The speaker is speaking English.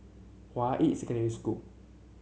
Hua Yi Secondary School